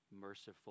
merciful